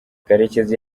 karekezi